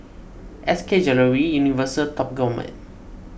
S K Jewellery Universal Top Gourmet